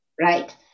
right